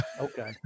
okay